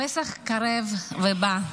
פסח קרב ובא.